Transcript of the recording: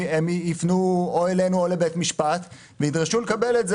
הם יפנו או אלינו או לבית משפט וידרשו לקבל את זה